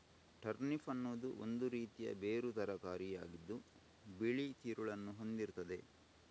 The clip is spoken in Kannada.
ಟರ್ನಿಪ್ ಅನ್ನುದು ಒಂದು ರೀತಿಯ ಬೇರು ತರಕಾರಿ ಆಗಿದ್ದು ಬಿಳಿ ತಿರುಳನ್ನ ಹೊಂದಿರ್ತದೆ